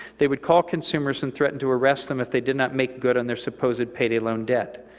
they would call consumers and threaten to arrest them if they did not make good on their supposed payday loan debt.